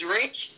rich